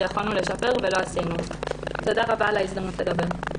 שיכולנו לשפר ולא עשינו." תודה רבה על ההזדמנות לדבר.